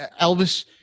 Elvis